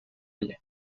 ella